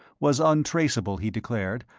was untraceable, he declared,